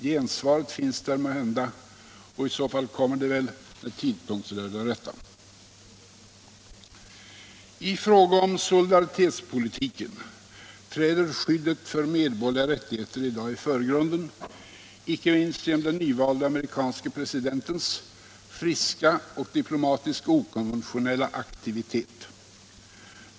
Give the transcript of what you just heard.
Gensvaret finns där måhända; i så fall kommer det väl när tidpunkten är den rätta. I fråga om solidaritetspolitiken träder skyddet för medborgerliga rättigheter i dag i förgrunden, icke minst genom den nyvalde amerikanske presidentens friska och diplomatiskt okonventionella aktivitet.